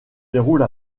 déroule